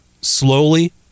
slowly